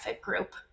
group